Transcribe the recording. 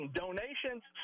donations